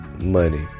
money